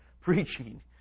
preaching